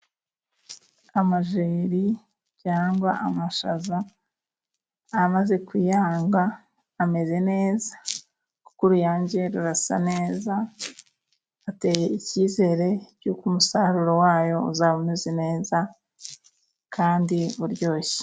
Amajeri cyangwa amashaza amaze kuyanga ameze neza. Kuko uruyange rurasa neza, ateye icyizere cy'uko umusaruro wayo uzaba umeze neza kandi uryoshye.